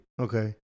Okay